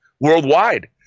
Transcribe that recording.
worldwide